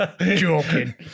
joking